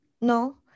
No